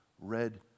red